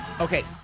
Okay